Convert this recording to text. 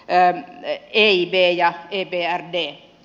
täällä jiipee ja kiipeää jäi